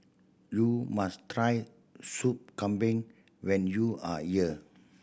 you must try Sup Kambing when you are here